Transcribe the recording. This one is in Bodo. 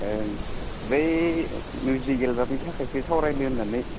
ओं बै मिउजिक एलबामनि थाखायसो सावरायनो होननानै